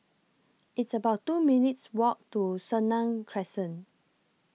It's about two minutes' Walk to Senang Crescent